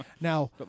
Now